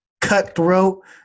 cutthroat